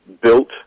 built